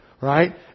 Right